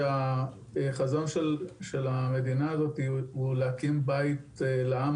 החזון של המדינה הזאת הוא להקים בית לעם